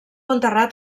enterrat